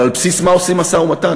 אבל על בסיס מה עושים משא-ומתן,